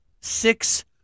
Six